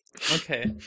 okay